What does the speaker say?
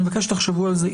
אני מבקש שתחשבו על זה.